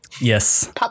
Yes